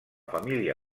família